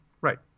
right